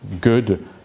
good